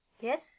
yes